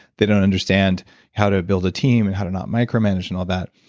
they don't understand how to build a team and how to not micromanage and all that.